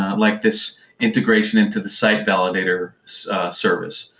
um like this integration into the site validator service.